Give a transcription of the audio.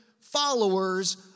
followers